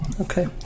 okay